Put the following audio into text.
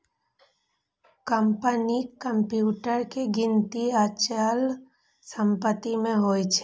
कंपनीक कंप्यूटर के गिनती अचल संपत्ति मे होइ छै